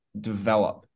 develop